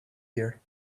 year